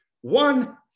one